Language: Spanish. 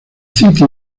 city